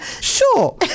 sure